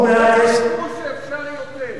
כי לא ידעו שאפשר יותר.